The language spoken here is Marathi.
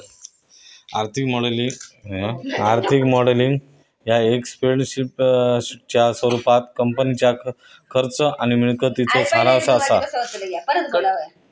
आर्थिक मॉडेलिंग ह्या एक स्प्रेडशीटच्या स्वरूपात कंपनीच्या खर्च आणि मिळकतीचो सारांश असा